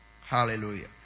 Hallelujah